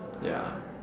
ya